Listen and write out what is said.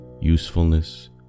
usefulness